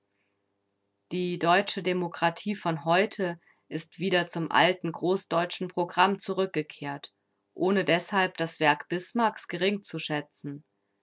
die deutsche demokratie von heute ist wieder zum alten großdeutschen programm zurückgekehrt ohne deshalb das werk bismarcks gering zu schätzen